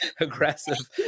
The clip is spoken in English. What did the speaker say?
aggressive